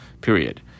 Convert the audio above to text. Period